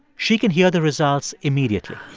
she can hear the results immediately